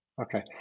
Okay